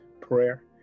prayer